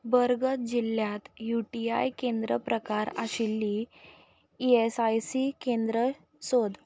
बरगत जिल्ल्यांत यूटीआय केंद्र प्रकार आशिल्लीं ईएसआयसी केंद्र सोद